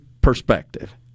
perspective